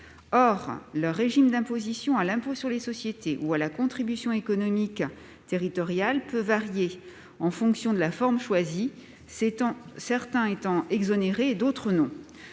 Or leur régime d'imposition à l'impôt sur les sociétés ou à la contribution économique territoriale peut varier en fonction de la forme choisie, certains étant exonérés, d'autres non.